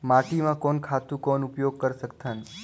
माटी म कोन खातु कौन उपयोग कर सकथन?